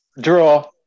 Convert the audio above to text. Draw